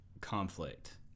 conflict